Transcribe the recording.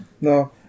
No